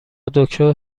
دکتر